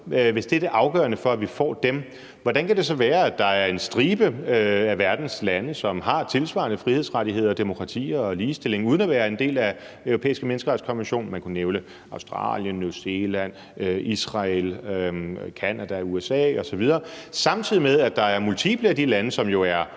og er det afgørende for, at vi får dem – det så kan være, at der er en stribe af verdens lande, som har tilsvarende frihedsrettigheder og demokrati og ligestilling uden at være en del af Den Europæiske Menneskerettighedskonvention, og man kunne nævne Australien, New Zealand, Israel, Canada, USA osv., samtidig med at der er multiple af de lande, som er